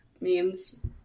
memes